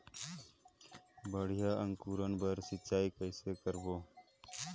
बढ़िया अंकुरण बर सिंचाई कइसे करबो?